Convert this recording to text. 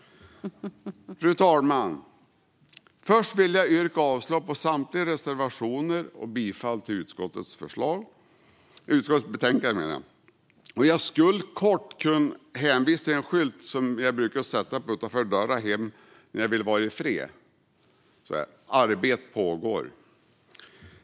Fru talman! Jag yrkar avslag på samtliga reservationer och bifall till förslaget i utskottets betänkande. Jag skulle kort kunna hänvisa till en skylt som jag brukar sätta upp utanför dörren hemma när jag vill vara i fred: Arbete pågår.